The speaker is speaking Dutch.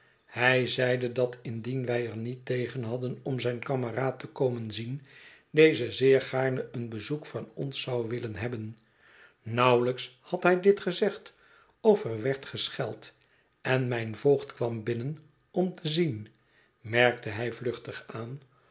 hij zeide dat indien wij er niet tegen hadden om zijn kameraad te komen zien deze zeer gaarne een bezoek van ons zou willen hebben nauwelijks had hij dit gezegd of er werd gescheld en mijn voogd kwam binnen om te zien merkte hij vluchtig aan